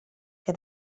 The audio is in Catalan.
que